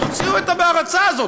תוציאו את ה"בהרצה" הזאת,